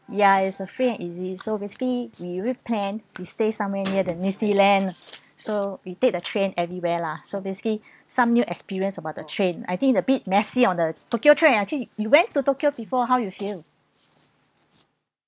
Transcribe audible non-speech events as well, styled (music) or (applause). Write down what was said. ya is a free and easy so basically we already plan we stay somewhere near the disney land (breath) so we take the train everywhere lah so basically (breath) some new experience about the train I think a bit messy on the tokyo train actually you went to tokyo before how you feel